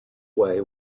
way